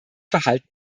verhalten